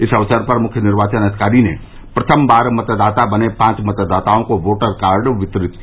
इस अवसर पर मुख्य निर्वाचन अधिकारी ने प्रथम बार मतदाता बने पांच मतदाताओं को वोटर कार्ड वितरित किया